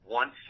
one